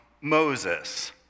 Moses